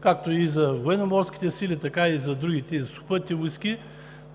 както за Военноморските сили, така и за другите, и за Сухопътните войски,